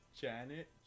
Janet